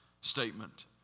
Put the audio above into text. statement